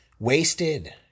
Wasted